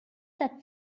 that